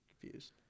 confused